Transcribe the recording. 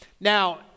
Now